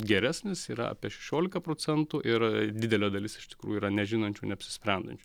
geresnis yra apie šešiolika procentų yra didelė dalis iš tikrųjų yra nežinančių neapsisprendžiančių